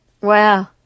Wow